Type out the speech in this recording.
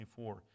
24